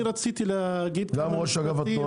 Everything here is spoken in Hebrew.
רציתי להגיד כמה דברים